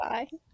Bye